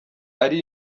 ari